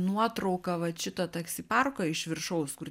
nuotrauka vat šito taksi parko iš viršaus kur